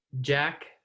Jack